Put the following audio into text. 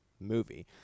movie